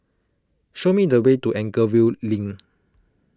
show me the way to Anchorvale Link